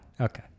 Okay